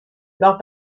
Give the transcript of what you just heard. leurs